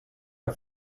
que